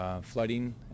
flooding